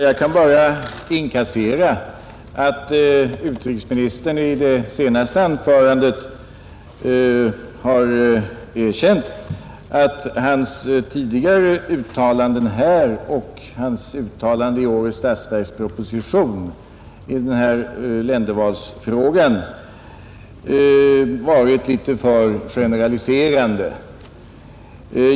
Herr talman! Jag kan inkassera poängen att utrikesministern i det senaste anförandet har erkänt att hans tidigare uttalanden här och hans uttalande i ländervalsfrågan i årets statsverksproposition varit litet för generaliserande.